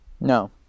No